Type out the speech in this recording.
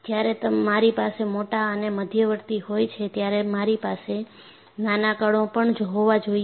જ્યારે મારી પાસે મોટા અને મધ્યવર્તી હોય છે ત્યારે મારી પાસે નાના કણો પણ હોવા જોઈએ